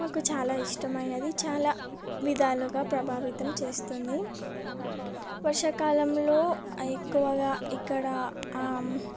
మాకు చాలా ఇష్టమైనది చాలా విధాలుగా ప్రభావితం చేస్తుంది వర్షాకాలంలో ఎక్కువగా ఇక్కడ